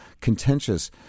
contentious